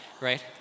right